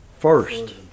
first